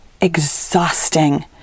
exhausting